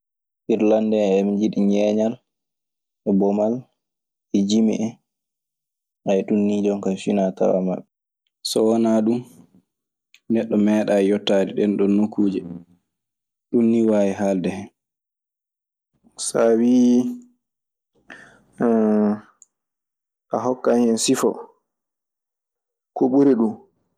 Irlandee en njiɗi ñeeñal e bamal e jimi en. Ɗun nii jonkaa finaa tawaa maɓɓe. So wanaa ɗun, neɗɗo meeɗaayi yettaade ɗeeɗon nokuuji. Ɗun nii waawi haalde hen. So a wii a hokkan hen sifo ko ɓuri ɗum....